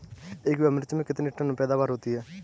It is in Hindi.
एक बीघा मिर्च में कितने टन पैदावार होती है?